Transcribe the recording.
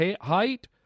height